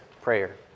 prayer